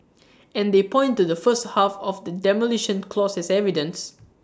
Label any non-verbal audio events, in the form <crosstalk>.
<noise> and they point to the first half of the Demolition Clause as evidence <noise>